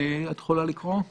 רשאי